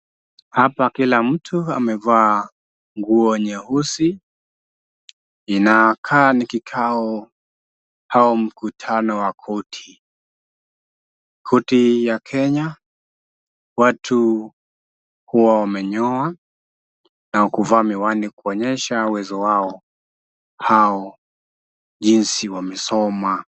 Hapa kila mtu amevaa nguo nyeusi, inakaa ni kikao au mkutano wa korti. Korti ya Kenya, watu huwa wamenyoa na kuvaa miwani kuonyesha uwezo wao au jinsi wamesoma.